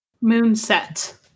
Moonset